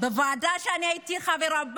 בוועדה, שאני הייתי חברה בה,